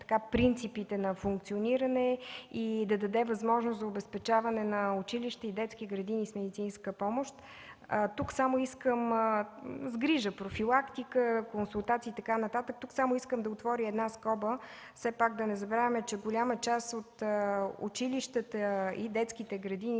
принципите на функциониране и да даде възможност за обезпечаване на училища и детски градини с медицинска помощ – грижа, профилактика, консултации и така нататък. Ще отворя една скоба – да не забравяме, че голяма част от училищата и детските градини